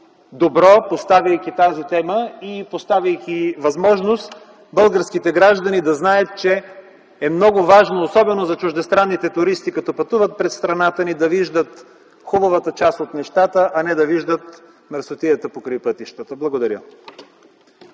добро, поставяйки тази тема и създавайки възможност българските граждани да знаят, че е много важно, особено за чуждестранните туристи, като пътуват през страната ни, да виждат хубавата част от нещата, а не да виждат мръсотията по пътищата. Благодаря.